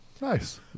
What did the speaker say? Nice